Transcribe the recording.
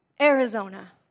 Arizona